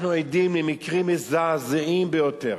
אנחנו עדים למקרים מזעזעים ביותר